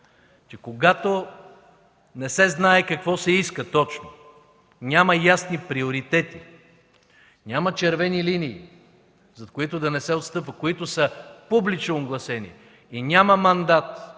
че когато не се знае какво се иска точно, няма ясни приоритети, няма червени линии, зад които да не се отстъпва, които са публично огласени, и няма мандат